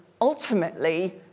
ultimately